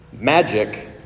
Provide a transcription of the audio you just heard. magic